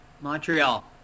Montreal